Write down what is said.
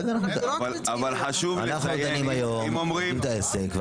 אנחנו דנים היום, לומדים את העסק.